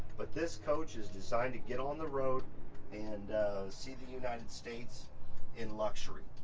but this coach is designed to get on the road and see the united states in luxury,